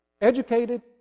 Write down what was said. educated